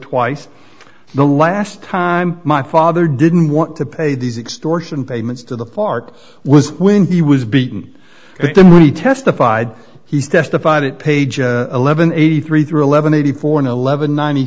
twice in the last time my father didn't want to pay these extortion payments to the fark was when he was beaten them he testified he's testified at page eleven eighty three through eleven eighty four eleven ninety